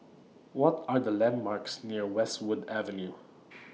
What Are The landmarks near Westwood Avenue